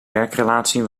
werkrelatie